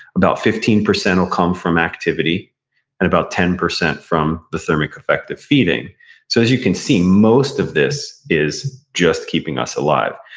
about fifteen percent will come from activity, and about ten percent from the thermic effect of feeding so as you can see, most of this is just keeping us alive.